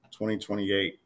2028